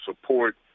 support